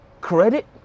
credit